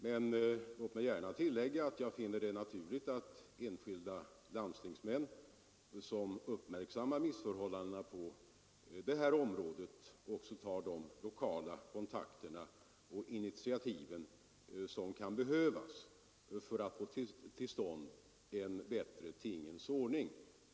Men låt mig tillägga att jag finner det naturligt att enskilda landstingsmän som uppmärksammar missförhållanden på det här området också tar de lokala kontakter och initiativ som kan behövas för att få till stånd en bättre tingens ordning.